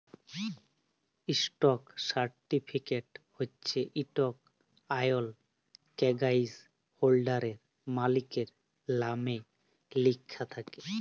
stock certificate হছে ইকট আইল কাগ্যইজ হোল্ডারের, মালিকের লামে লিখ্যা থ্যাকে